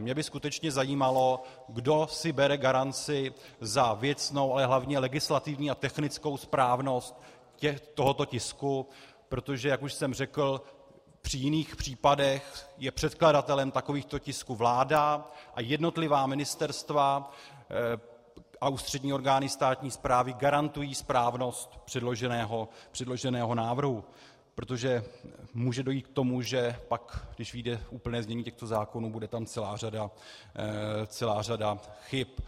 Mě by skutečně zajímalo, kdo si bere garanci za věcnou, ale hlavně legislativní a technickou správnost tohoto tisku, protože jak už jsem řekl, při jiných případech je předkladatelem takovýchto tisků vláda a jednotlivá ministerstva a ústřední orgány státní správy garantují správnost předloženého návrhu, protože může dojít k tomu, že když pak vyjde úplné znění těchto zákonů, bude tam celá řada chyb.